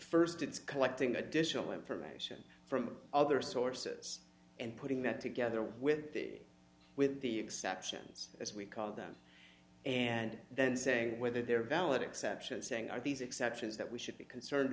first it's collecting additional information from other sources and putting that together with the with the exceptions as we call them and then saying whether they're valid exceptions saying are these exceptions that we should be concerned